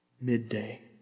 midday